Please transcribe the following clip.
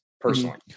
personally